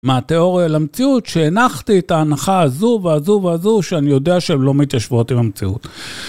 מהתיאוריה למציאות שהנחתי את ההנחה הזו והזו והזו שאני יודע שהן לא מתיישבות עם המציאות.